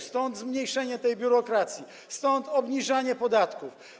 Stąd zmniejszenie tej biurokracji, stąd obniżanie podatków.